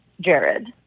Jared